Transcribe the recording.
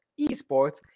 eSports